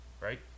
right